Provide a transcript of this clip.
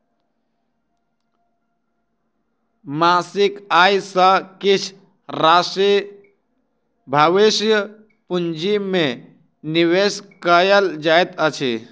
मासिक आय सॅ किछ राशि भविष्य पूंजी में निवेश कयल जाइत अछि